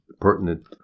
pertinent